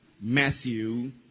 Matthew